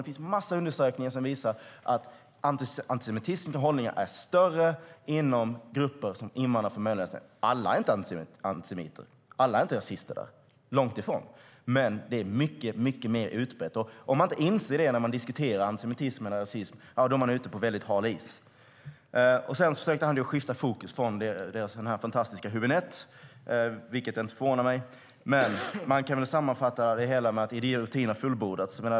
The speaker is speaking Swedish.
Det finns massor med undersökningar som visar att antisemitiska hållningar är mer utbredda inom grupper som har invandrat från Mellanöstern. Alla är inte antisemiter. Alla är inte rasister där, långt ifrån. Men det är mycket mer utbrett, och om man inte inser det när man diskuterar antisemitism eller rasism är man ute på väldigt hal is. Ullenhag försökte sedan skifta fokus från deras fantastiske Hübinette, vilket inte förvånar mig. Men man kan sammanfatta det hela med att idiotin har fullbordats.